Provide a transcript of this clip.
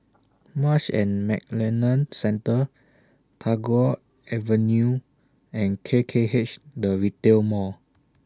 Marsh and McLennan Centre Tagore Avenue and K K H The Retail Mall